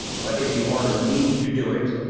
but if you order me to do it,